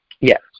Yes